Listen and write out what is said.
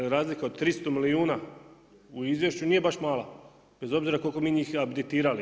Razlika od 300 milijuna u izvješću nije baš mala, bez obzira koliko mi njih abdicirali.